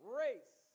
race